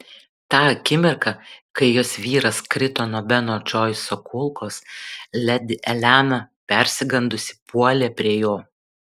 tą akimirką kai jos vyras krito nuo beno džoiso kulkos ledi elena persigandusi puolė prie jo